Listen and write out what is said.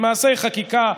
"מעשי חקיקה,